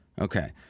Okay